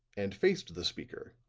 and faced the speaker,